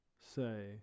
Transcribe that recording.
say